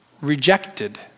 rejected